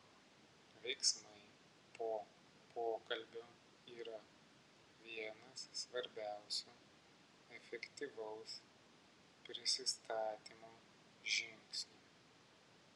veiksmai po pokalbio yra vienas svarbiausių efektyvaus prisistatymo žingsnių